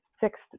sixth